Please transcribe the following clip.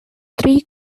three